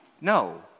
No